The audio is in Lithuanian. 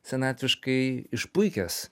senatviškai išpuikęs